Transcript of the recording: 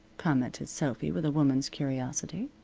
commented sophy, with a woman's curiosity.